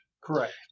Correct